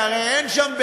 כי הרי אין שם,